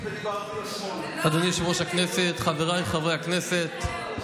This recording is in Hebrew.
ואני פונה פה לאזרחי ישראל, לעם.